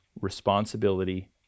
responsibility